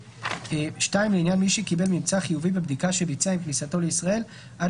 (2) לעניין מי שקיבל ממצא חיובי בבדיקה שביצע עם כניסתו לישראל - עד